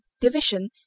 division